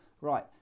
right